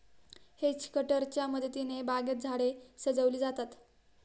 hedge कटरच्या मदतीने बागेत झाडे सजविली जातात